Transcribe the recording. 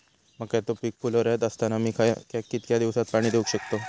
मक्याचो पीक फुलोऱ्यात असताना मी मक्याक कितक्या दिवसात पाणी देऊक शकताव?